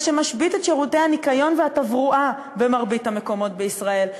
מה שמשבית את שירותי הניקיון והתברואה במרבית המקומות בישראל.